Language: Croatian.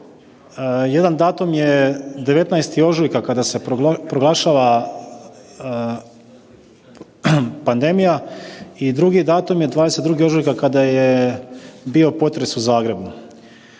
jedan datum je 19. ožujka kada se proglašava pandemija i drugi datum je 22. ožujka kada je bio potres u Zagrebu.